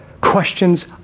questions